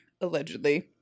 allegedly